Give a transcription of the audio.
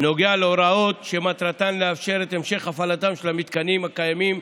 נוגע להוראות שמטרתן לאפשר את המשך הפעלתם של המתקנים הקיימים.